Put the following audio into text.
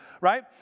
right